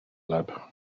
lab